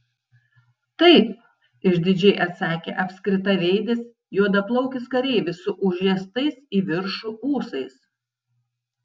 taip išdidžiai atsakė apskritaveidis juodaplaukis kareivis su užriestais į viršų ūsais